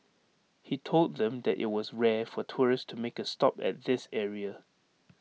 he told them that IT was rare for tourists to make A stop at this area